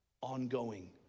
ongoing